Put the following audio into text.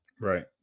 Right